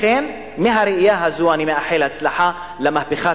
לכן מהראייה הזאת אני מאחל הצלחה למהפכת